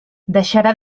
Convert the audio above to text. deixarà